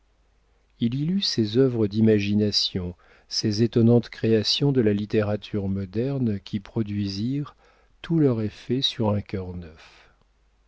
il y lut ces œuvres d'imagination ces étonnantes créations de la littérature moderne qui produisirent tout leur effet sur un cœur